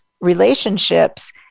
relationships